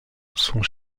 sont